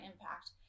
impact